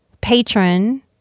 patron